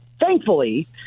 Thankfully